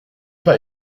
pas